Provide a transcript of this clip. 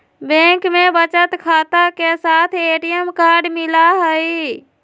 bank में बचत खाता के साथ ए.टी.एम कार्ड मिला हई